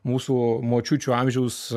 mūsų močiučių amžiaus